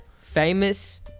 Famous